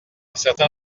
certain